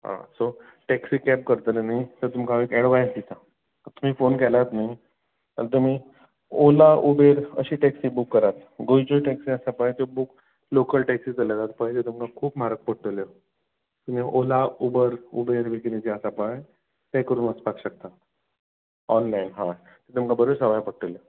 आ so taxi cab करतलीं न्ही जाल तुमकां हांव एक एडवायस दिता तुमी फोन केलात न्ही जाल तुमी ओला उबेर अशी टॅक्सी बूक करात गोंयच्यो टॅक्सी आसा पळय त्यो बूक लोकल टॅक्सी चलयतात पळय ते तुमकां खूब म्हारग पडटल्यो तुमी ओला उबर उबेर बी किदें जें आसा पळय तें करून वचपाक शकता ऑनलायन हय तुमकां बऱ्यो सवाय पडटल्यो